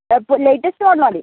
അപ്പോൾ latest one മതി